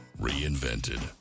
reinvented